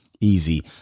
easy